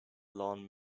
lawn